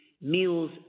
meals